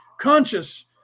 conscious